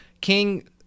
king